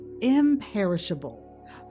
imperishable